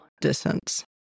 distance